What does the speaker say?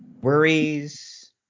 worries